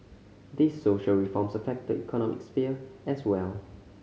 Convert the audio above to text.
these social reforms affect the economic sphere as well